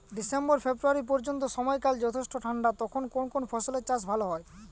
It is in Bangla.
ডিসেম্বর ফেব্রুয়ারি পর্যন্ত সময়কাল যথেষ্ট ঠান্ডা তখন কোন কোন ফসলের চাষ করা হয়?